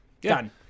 Done